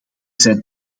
zijn